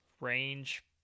range